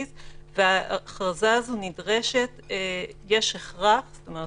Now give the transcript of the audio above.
את הדבר הזה דרשתי בזמנו, בסבב